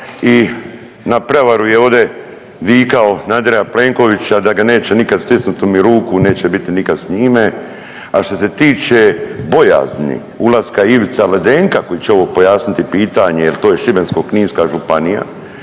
i na prevaru je ovdje vikao na Andreja Plenkovića da ga neće nikad stisnut mu ruku, neće biti nikad s njime, a što se tiče bojazni ulaska Ivica Ledenka koji će ovo pojasniti pitanje jer to je Šibensko-kninska županija,